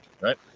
Right